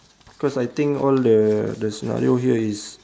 cause I think all the the scenario here is